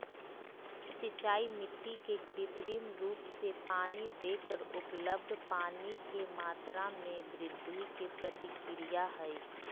सिंचाई मिट्टी के कृत्रिम रूप से पानी देकर उपलब्ध पानी के मात्रा में वृद्धि के प्रक्रिया हई